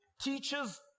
teachers